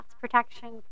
protection